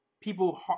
people